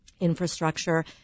infrastructure